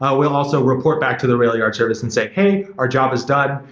ah we'll also report back to the railyard service and say, hey, our job is done.